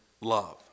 love